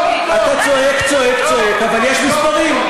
אתה צועק צועק צועק, אבל יש מספרים.